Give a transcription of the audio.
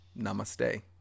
namaste